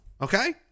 okay